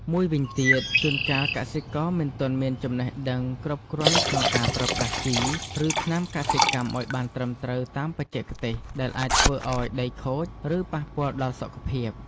មួយវិញទៀត ជួនកាលកសិករមិនទាន់មានចំណេះដឹងគ្រប់គ្រាន់ក្នុងការប្រើប្រាស់ជី ឬថ្នាំកសិកម្មឱ្យបានត្រឹមត្រូវតាមបច្ចេកទេស ដែលអាចធ្វើឱ្យដីខូច ឬប៉ះពាល់ដល់សុខភាព។